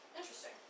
Interesting